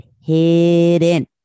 hidden